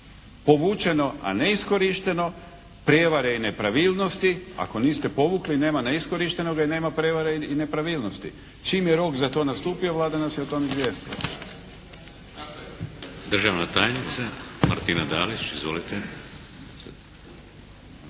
povučeno a ne iskorišteno, prijevare i nepravilnosti. Ako niste povukli nema neiskorištenoga i nema prevare i nepravilnosti. Čim je rok za to nastupio Vlada nas je o tom izvijestila.